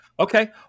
Okay